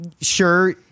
sure